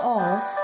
off